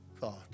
God